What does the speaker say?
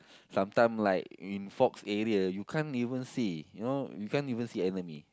sometimes like in fogs area you can't even see you know you can't even see enemy